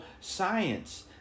science